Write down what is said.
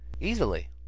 Easily